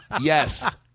Yes